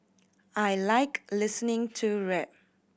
I like listening to rap